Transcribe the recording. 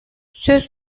söz